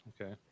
okay